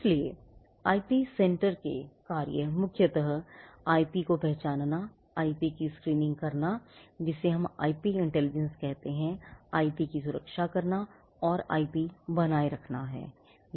इसलिए IP centre के कार्य मुख्यतः आईपी को पहचानना आईपी की स्क्रीनिंग करना जिसे हम आईपी इंटेलिजेंस कहते हैं आईपी की सुरक्षा करना और आईपी बनाए रखना हैं